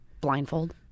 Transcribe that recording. Blindfold